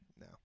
No